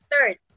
third